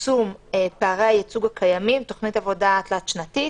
לצמצום פערי הייצוג הקיימים תוכנית עבודה תלת-שנתית